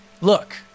Look